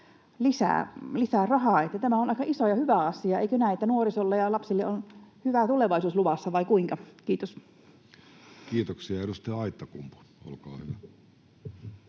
lisää rahaa, ja tämä on aika iso ja hyvä asia. Eikö näin, että nuorisolle ja lapsille on hyvä tulevaisuus luvassa, vai kuinka? — Kiitos. Kiitoksia. — Edustaja Aittakumpu, olkaa hyvä.